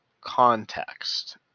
context